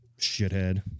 shithead